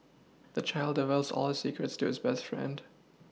the child divulged all his secrets to his best friend